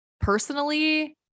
personally